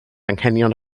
anghenion